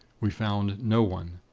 we found no one.